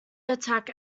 attack